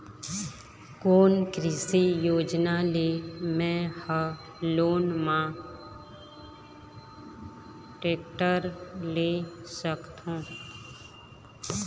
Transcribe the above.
कोन कृषि योजना ले मैं हा लोन मा टेक्टर ले सकथों?